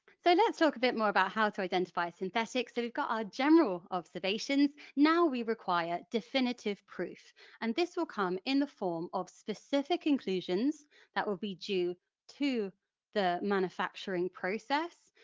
so let's talk a bit more about how to identify synthetics. we've got our general observations, now we require definitive proof and this will come in the form of specific inclusions that will be due to the manufacturing process.